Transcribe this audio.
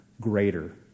greater